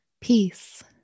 peace